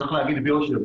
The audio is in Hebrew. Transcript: צריך להגיד ביושר,